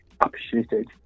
appreciated